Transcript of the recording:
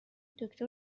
دکتر